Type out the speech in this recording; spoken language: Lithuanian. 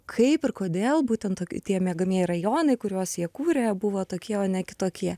kaip ir kodėl būtent tie miegamieji rajonai kuriuos jie kūrė buvo tokie o ne kitokie